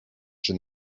czy